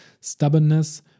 stubbornness